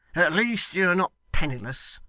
at least you are not penniless.